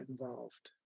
involved